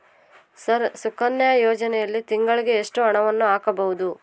Sir Sukanya ಯೋಜನೆಯಲ್ಲಿ ತಿಂಗಳಿಗೆ ಎಷ್ಟು ಹಣವನ್ನು ಹಾಕಬಹುದು?